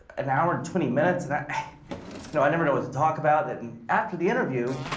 an hour and twenty minutes. and you know, i never know what to talk about it. and after the interview,